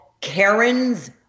Karen's